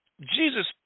Jesus